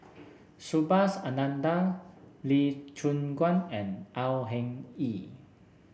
Subhas Anandan Lee Choon Guan and Au Hing Yee